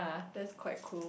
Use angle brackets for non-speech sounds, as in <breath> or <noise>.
<breath> that's quite cool